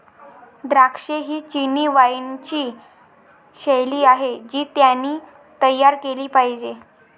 द्राक्षे ही चिनी वाइनची शैली आहे जी त्यांनी तयार केली पाहिजे